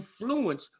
influence